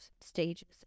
stages